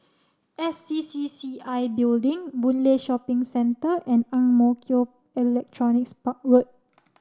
S C C C I Building Boon Lay Shopping Centre and Ang Mo Kio Electronics Park Road